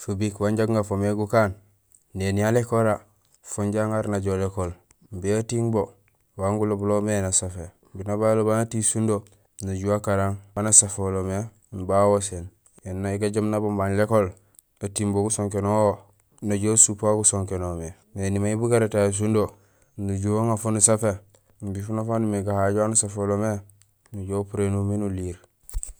Fubik wanja guŋafomé gukaan, néni alékora, fon inja aŋaar najoow lékool imbi atiiŋ bo wa gulobulool mé nasafé imbi nabañulobaañ atiiñ sundo, naju akarang waan asaféhulomé imbi awoséén éni gajoom nabambaañ lékool, atiiŋ bo gusonkénool wo naju asup wan gusonkénolmé. Néni may bugara tahé sundo, nujuhé uŋafo nusafé imbi funak faan nubimé gahajo waan usféhulomé nujoow upurénul miin liir